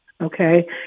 okay